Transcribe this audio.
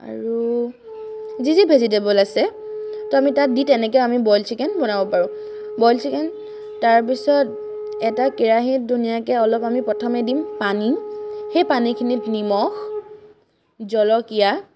আৰু যি যি ভেজিটেবুল আছে তাতে দি তেনেকৈ আমি বইল চিকেন বনাব পাৰোঁ বইল চিকেন তাৰপিছত এটা কেৰাহীত ধুনীয়াকৈ অলপ আমি প্ৰথমে দিম পানী সেই পানীখিনিত নিমখ জলকীয়া